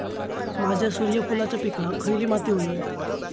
माझ्या सूर्यफुलाच्या पिकाक खयली माती व्हयी?